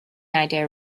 idea